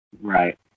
Right